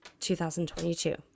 2022